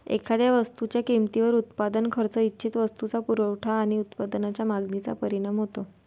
एखाद्या वस्तूच्या किमतीवर उत्पादन खर्च, इच्छित वस्तूचा पुरवठा आणि उत्पादनाच्या मागणीचा परिणाम होतो